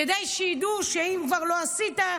כדי שידעו שאם כבר לא עשית,